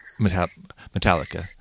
Metallica